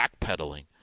backpedaling